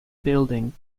building